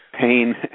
pain